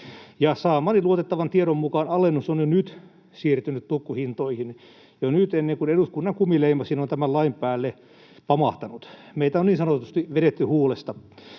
saamani luotettavan tiedon mukaan alennus on jo nyt siirtynyt tukkuhintoihin — jo nyt, ennen kuin eduskunnan kumileimasin on tämän lain päälle pamahtanut. Meitä on niin sanotusti vedetty huulesta.